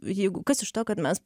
jeigu kas iš to kad mes